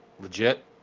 Legit